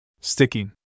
Sticking